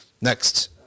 Next